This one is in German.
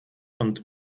und